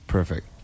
Perfect